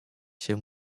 się